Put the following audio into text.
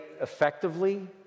effectively